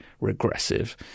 regressive